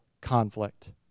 conflict